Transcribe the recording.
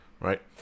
right